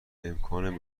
امکان